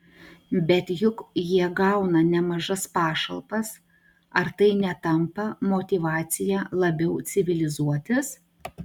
bet juk jie gauna nemažas pašalpas ar tai netampa motyvacija labiau civilizuotis